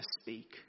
speak